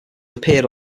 appeared